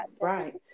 right